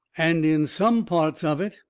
and in some parts of it,